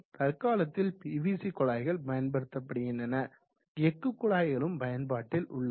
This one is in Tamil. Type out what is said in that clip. தற்காலத்தில் பிவிசி குழாய்கள் பயன்படுத்தப்படுகின்றன எஃகு குழாய்களும் பயன்பாட்டில் உள்ளது